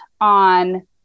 on